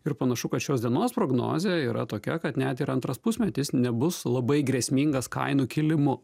ir panašu kad šios dienos prognozė yra tokia kad net ir antras pusmetis nebus labai grėsmingas kainų kilimu